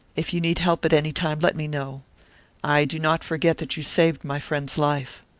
if you need help at any time, let me know i do not forget that you saved my friend's life.